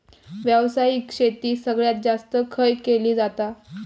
व्यावसायिक शेती सगळ्यात जास्त खय केली जाता?